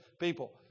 people